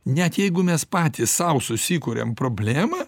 net jeigu mes patys sau susikuriam problemą